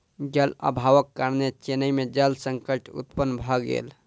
जल अभावक कारणेँ चेन्नई में जल संकट उत्पन्न भ गेल